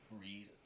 read